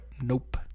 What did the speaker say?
Nope